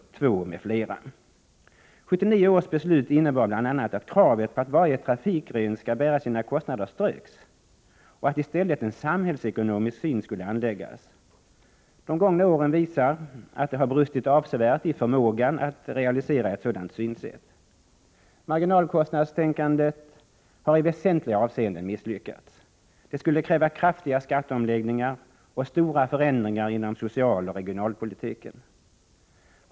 1979 års beslut innebar bl.a. att kravet på att varje trafikgren skall bära sina kostnader ströks och att i stället en samhällsekonomisk syn skulle anläggas. De gångna åren visar att det har brustit avsevärt i förmågan att realisera ett sådant synsätt. Marginalkostnadstänkandet har i väsentliga avseenden misslyckats — det skulle kräva kraftiga skatteomläggningar och stora förändringar inom socialoch regionalpolitiken.